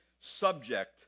subject